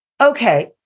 Okay